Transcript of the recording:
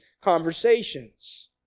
conversations